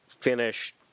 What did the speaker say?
finish